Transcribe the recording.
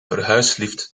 verhuislift